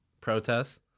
protests